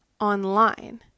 online